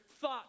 thought